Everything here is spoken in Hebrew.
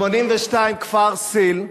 1982, כפר סיל.